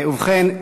ובכן,